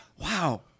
Wow